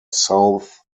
south